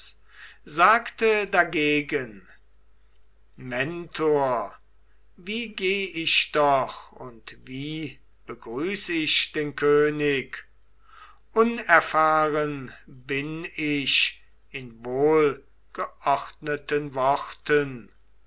sagte dagegen mentor wie geh ich doch und wie begrüß ich den könig unerfahren bin ich in wohlgeordneten worten